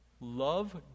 love